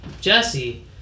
Jesse